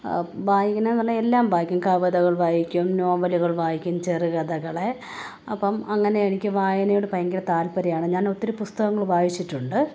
വായനയെന്ന് പറഞ്ഞാല് എല്ലാം വായിക്കും കവിതകൾ വായിക്കും നോവലുകൾ വായിക്കും ചെറുകഥകള് അപ്പോള് അങ്ങനെ എനിക്ക് വായനയോട് ഭയങ്കര താൽപ്പര്യമാണ് ഞാൻ ഒത്തിരി പുസ്തകങ്ങൾ വായിച്ചിട്ടുണ്ട്